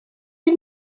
you